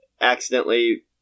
accidentally